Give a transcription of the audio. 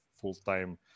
full-time